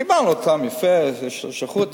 קיבלנו אותם יפה, שלחו אותם.